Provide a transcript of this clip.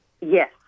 Yes